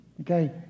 Okay